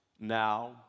now